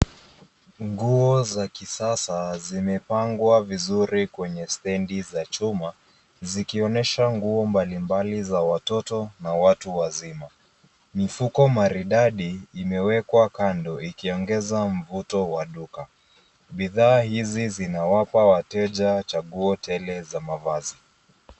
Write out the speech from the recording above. Nguo za kisasa zimepangwa vizuri kwenye stedi za chuma zikionyesha nguo mbalimbali za watoto na watu wazima. Mifuko maridadi imewekwa kando ikiongeza mvuto wa duka. Bidhaa hizi zinawapa wateja chaguo tele za mavazi.